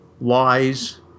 lies